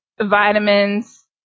vitamins